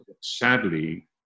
sadly